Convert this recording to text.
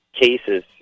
cases